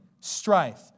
Strife